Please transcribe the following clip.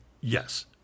yes